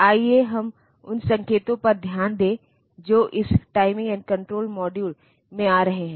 आइए हम उन संकेतों पर ध्यान दें जो इस टाइमिंग एंड कण्ट्रोल मॉड्यूल में आ रहे हैं